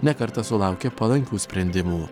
ne kartą sulaukė palankių sprendimų